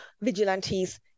vigilantes